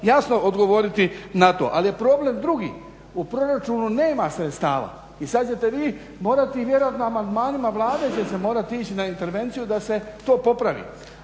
jasno odgovoriti na to, ali je problem drugi. U proračunu nema sredstava i sad ćete vi morati vjerojatno amandmanima Vlade će se morati ići na intervenciju da se to popravi.